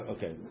Okay